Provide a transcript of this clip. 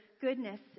goodness